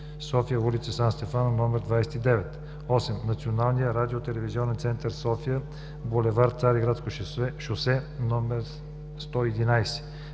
София, ул. „Сан Стефано“ № 29; 8. Националния радио-телевизионен център – София, бул. „Цариградско шосе“ 111;